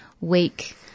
week